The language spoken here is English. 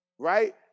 Right